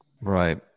Right